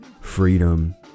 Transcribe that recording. freedom